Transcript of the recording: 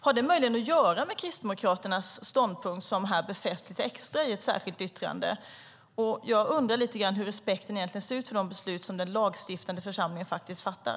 Har det möjligen att göra med Kristdemokraternas ståndpunkt, som här befästs extra i ett särskilt yttrande? Hur ser respekten ut för de beslut som den lagstiftande församlingen fattar?